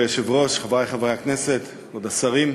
כבוד היושב-ראש, חברי חברי הכנסת, כבוד השרים,